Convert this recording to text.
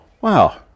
wow